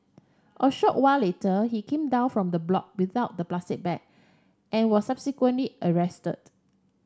a short while later he came down from the block without the plastic bag and was subsequently arrested